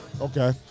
Okay